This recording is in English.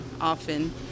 often